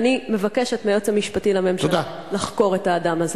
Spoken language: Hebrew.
ואני מבקשת מהיועץ המשפטי לממשלה לחקור את האדם הזה.